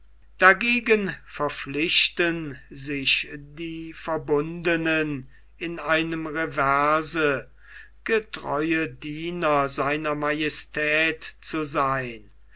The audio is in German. dagegen verpflichten sich die verbundenen in einem reverse getreue diener sr majestät zu sein